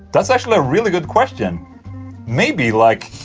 that's actually a really good question maybe like.